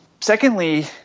Secondly